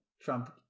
Trump